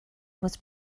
was